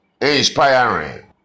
Inspiring